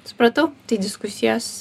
supratau tai diskusijos